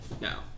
now